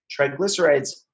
Triglycerides